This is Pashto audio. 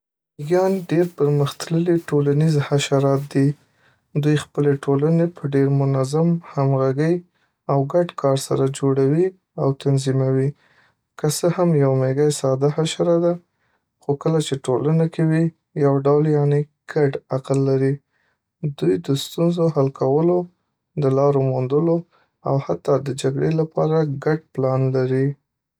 .میږیان ډېر پرمختللي ټولنیز حشرات دي. .دوی خپلې ټولنې په ډېر منظم، همغږي، او ګډ کار سره جوړوي او تنظیموي .که څه هم یو مېږی ساده حشره ده، خو کله چې ټولنه کې وي، یو ډول یعنی ګډ عقل لري دوی د ستونزو حل کولو، د لار موندلو، او حتی د جګړې لپاره ګډ پلان لري